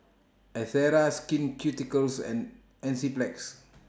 Ezerra Skin Ceuticals and Enzyplex